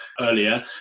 earlier